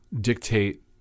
dictate